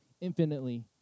infinitely